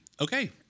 Okay